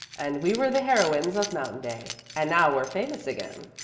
and we were the heroines of mountain day and now we're famous again.